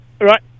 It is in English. Right